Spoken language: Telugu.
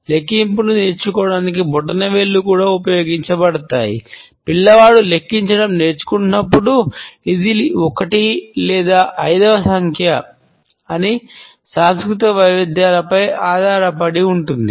లెక్కింపును నేర్చుకోవటానికి బ్రొటనవేళ్లు కూడా ఉపయోగించబడతాయి పిల్లవాడు లెక్కించడం నేర్చుకుంటునప్పుడు ఇది ఒకటి లేదా ఐదవ సంఖ్య అని సాంస్కృతిక వైవిధ్యాలపై ఆధారపడి ఉంటుంది